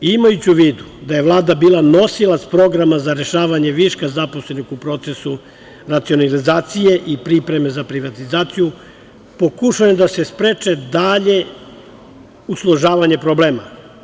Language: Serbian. Imajući u vidu da je Vlada bila nosilac programa za rešavanje viška zaposlenih u procesu racionalizacije i pripreme za privatizaciju, pokušano da se spreči dalje usložnjavanje problema.